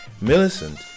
Millicent